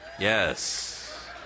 Yes